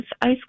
ice